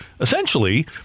essentially